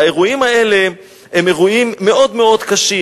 והאירועים האלה הם אירועים מאוד-מאוד קשים.